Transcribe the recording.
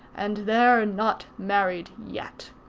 and they're not married yet.